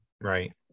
right